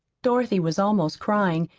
dorothy was almost crying,